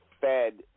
Fed